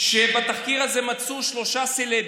שבתחקיר הזה מצאו שלושה סלבים,